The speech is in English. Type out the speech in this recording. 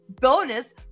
bonus